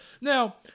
Now